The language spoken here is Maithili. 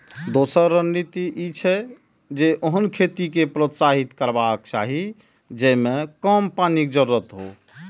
दोसर रणनीति ई छै, जे ओहन खेती कें प्रोत्साहित करबाक चाही जेइमे कम पानिक जरूरत हो